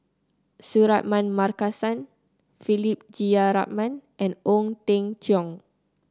Suratman Markasan Philip Jeyaretnam and Ong Teng Cheong